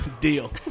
Deal